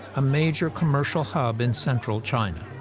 a major commercial hub in central china.